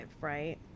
right